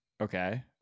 Okay